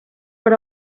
per